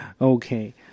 Okay